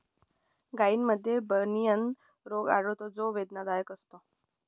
गायींमध्ये बनियन रोग आढळतो जो वेदनादायक असतो